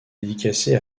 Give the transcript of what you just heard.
dédicacée